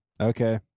Okay